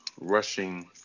rushing